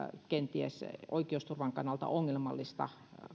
oikeusturvan kannalta kenties ongelmallista